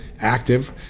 active